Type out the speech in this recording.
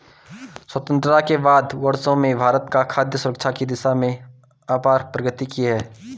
स्वतंत्रता के बाद के वर्षों में भारत ने खाद्य सुरक्षा की दिशा में अपार प्रगति की है